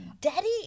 Daddy